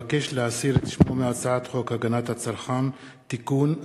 מבקש להסיר את שמו מהצעת חוק הגנת הצרכן (תיקון,